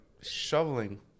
shoveling